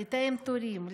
לתאם תורים,